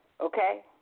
Okay